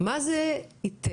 מה זה ייתן?